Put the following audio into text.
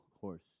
horse